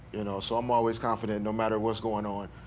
you know, so i'm always confident no matter what's going on.